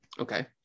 Okay